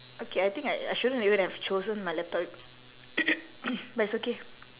okay I think I I shouldn't even have chosen my laptop but it's okay